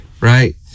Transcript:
right